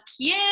cute